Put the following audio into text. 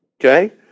Okay